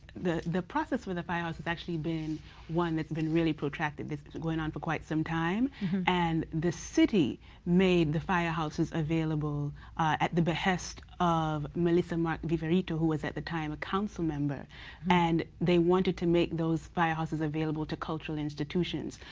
the the process with the firehouse has actually been one that's been really protracted, this has been going on for quite some time and the city made the firehouses available at the behest of melissa mark-viverito who was at the time a council member and they wanted to make those firehouses available to cultural institutions.